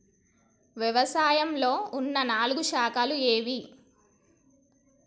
వ్యవసాయంలో ఉన్న నాలుగు శాఖలు ఏవి?